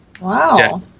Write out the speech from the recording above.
Wow